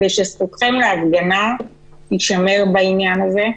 ושזכותכם להפגנה תישמר בעניין הזה.